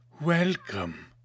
welcome